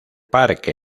parque